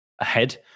ahead